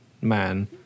man